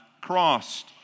crossed